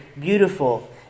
beautiful